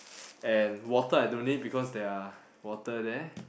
and water I don't need because there are water there